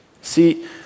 See